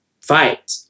fight